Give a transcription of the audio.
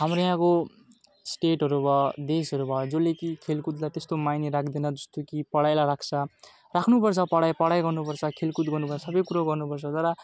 हाम्रो यहाँको स्टेटहरू भयो देशहरू भयो जसले कि खेलकुदलाई त्यस्तो माइने राख्दैन जस्तो कि पढाइलाई राख्छ राख्नु पर्छ पढाइ गर्नु पर्छ खेलकुद गर्नु पर्छ सबै कुरो गर्नु पर्छ तर